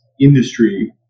industry